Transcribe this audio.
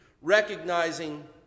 recognizing